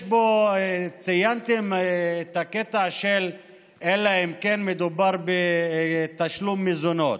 ציינתם את הקטע: אלא אם כן מדובר בתשלום מזונות.